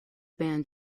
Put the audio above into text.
band